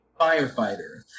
firefighter